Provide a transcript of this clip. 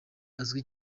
azwi